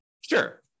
Sure